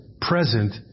present